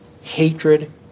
hatred